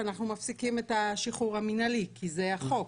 אנחנו מפסיקים את השחרור המינהלי כי זה החוק.